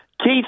Keith